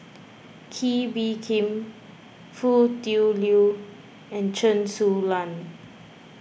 Kee Bee Khim Foo Tui Liew and Chen Su Lan